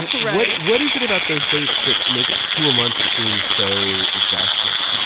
right what is it about those dates that makes two a month seem so exhausting?